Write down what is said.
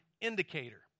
indicator